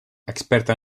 experta